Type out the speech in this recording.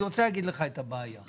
אני רוצה להגיד לך את הבעיה.